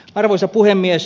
arvoisa puhemies